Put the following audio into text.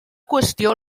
qüestió